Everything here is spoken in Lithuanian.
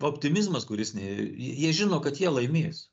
optimizmas kuris ne jie žino kad jie laimės